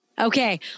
Okay